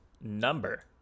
number